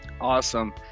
Awesome